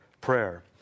prayer